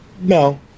No